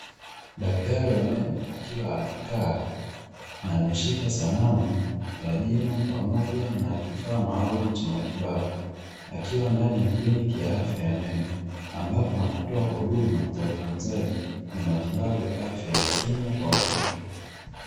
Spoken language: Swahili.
Daktari wa meno, akiwa amekaa na ameshika sanamu ya jino pamoja na kifaa maalumu cha matibabu, akiwa ndani ya kiliniki ya afya ya meno, ambapo anatoa huduma za utunzaji na matibabu ya afya ya kinywa kwa wagonjwa.